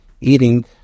eating